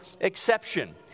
exception